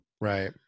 right